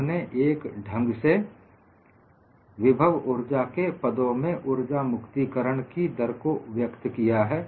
हमने एक ढंग से विभव ऊर्जा के पदों में उर्जा मुक्ति करण की दर को व्यक्त किया है